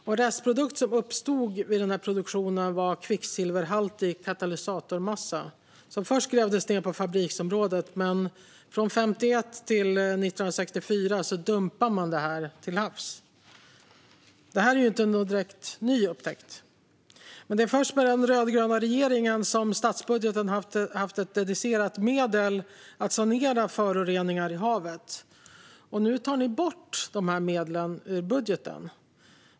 En restprodukt som uppstod vid produktionen var kvicksilverhaltig katalysatormassa, som först grävdes ned på fabriksområdet men från 1951 till 1964 dumpades till havs. Det här är inte direkt någon ny upptäckt. Men det är först med den rödgröna regeringen som statsbudgeten haft dedikerade medel till att sanera föroreningar i havet. Nu tar ni bort de här medlen ur budgeten.